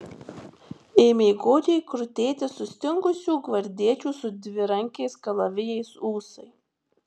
ėmė godžiai krutėti sustingusių gvardiečių su dvirankiais kalavijais ūsai